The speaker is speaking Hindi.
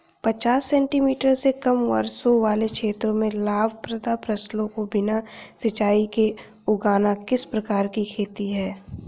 पचास सेंटीमीटर से कम वर्षा वाले क्षेत्रों में लाभप्रद फसलों को बिना सिंचाई के उगाना किस प्रकार की खेती है?